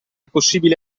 possibile